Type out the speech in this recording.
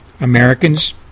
Americans